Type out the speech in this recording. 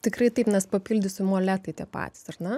tikrai taip nes papildysiu moletai tie patys ar ne